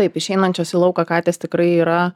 taip išeinančios į lauką katės tikrai yra